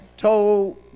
told